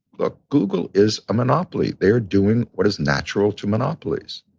look, google is a monopoly. they are doing what is natural to monopolies.